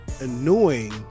annoying